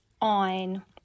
on